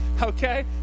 Okay